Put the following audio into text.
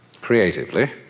creatively